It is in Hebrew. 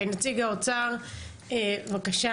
נציג האוצר בבקשה.